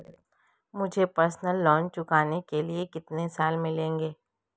मुझे personal loan चुकाने के लिए कितने साल मिलेंगे?